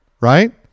Right